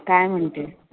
काय म्हणते आहे